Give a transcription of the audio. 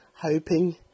hoping